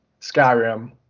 Skyrim